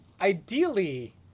Ideally